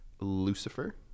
Lucifer